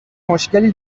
مشکلی